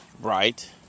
Right